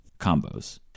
combos